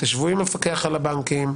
המפקח על הבנקים,